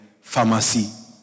pharmacy